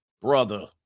brother